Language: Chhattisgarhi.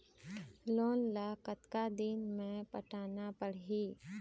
लोन ला कतका दिन मे पटाना पड़ही?